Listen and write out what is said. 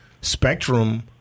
Spectrum